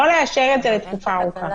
לא לאשר את זה לתקופה ארוכה.